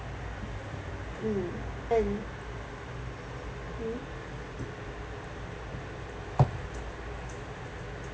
mm and mm